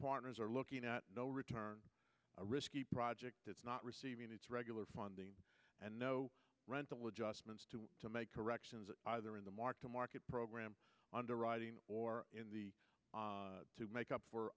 partners are looking at no return a risky project it's not receiving it's regular funding and no rental adjustments to to make corrections the mark to market program underwriting or in the to make up for